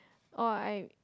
orh I